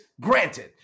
granted